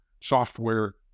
software